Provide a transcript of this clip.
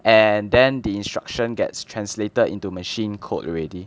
and then the instruction gets translated into machine code already